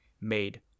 made